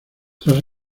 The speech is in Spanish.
tras